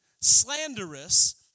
slanderous